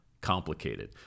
complicated